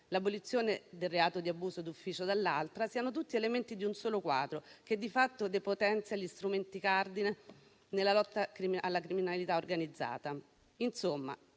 l'abolizione del reato di abuso d'ufficio dall'altra) siano tutti elementi di un solo quadro, che di fatto depotenzia gli strumenti cardine nella lotta alla criminalità organizzata. Insomma,